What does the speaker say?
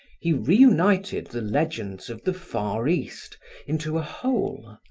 he reunited the legends of the far east into a whole,